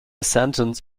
sentence